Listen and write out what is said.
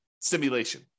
simulation